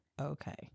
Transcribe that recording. okay